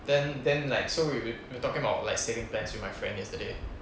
then then like so we we were talking about like saving plans with my friend yesterday